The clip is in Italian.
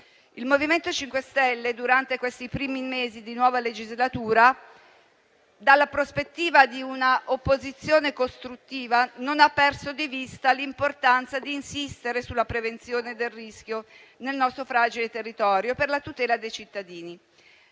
Il MoVimento 5 Stelle, durante questi primi mesi di nuova legislatura, dalla prospettiva di una opposizione costruttiva non ha perso di vista l'importanza di insistere sulla prevenzione del rischio, nel nostro fragile territorio, per la tutela dei cittadini.